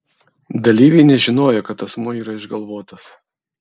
dalyviai nežinojo kad asmuo yra išgalvotas